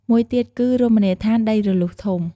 មួយទៀតគឺ រមនីយដ្ឋានដីរលុះធំ។